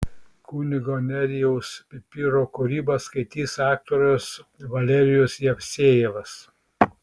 kunigo nerijaus pipiro kūrybą skaitys aktorius valerijus jevsejevas